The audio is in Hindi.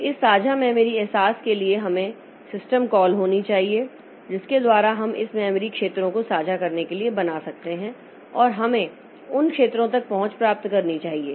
तो इस साझा मेमोरी अहसास के लिए हमें सिस्टम कॉल होनी चाहिए जिसके द्वारा हम इस मेमोरी क्षेत्रों को साझा करने के लिए बना सकते हैं और हमें उन क्षेत्रों तक पहुंच प्राप्त करनी चाहिए